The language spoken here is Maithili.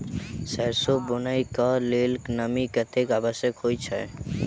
सैरसो बुनय कऽ लेल नमी कतेक आवश्यक होइ छै?